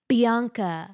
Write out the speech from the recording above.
Bianca